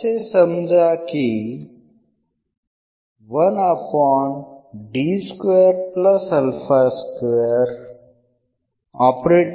समजा की